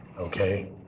Okay